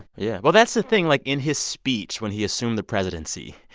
yeah. well, that's the thing. like, in his speech, when he assumed the presidency,